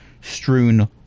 strewn